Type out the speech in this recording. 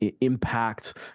impact